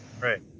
right